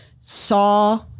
saw